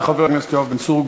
תודה רבה לחבר הכנסת יואב בן צור.